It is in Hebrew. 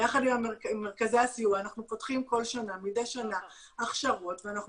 ביחד עם מרכזי הסיוע אנחנו פותחים מדי שנה הכשרות ואנחנו